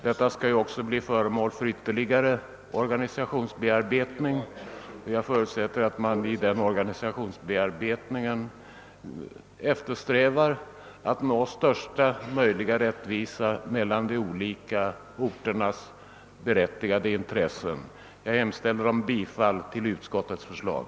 Denna fråga skall ju också bli föremål för ytterligare organisationsbearbetning, och jag förutsätter att man därvid eftersträvar att nå största möjliga rättvisa mellan de olika orternas berättigade intressen. Jag hemställer om bifall till utskottets förslag.